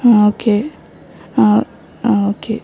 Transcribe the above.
ആ ഓക്കെ ആ ആ ഓക്കെ